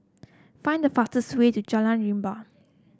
find the fastest way to Jalan Rimau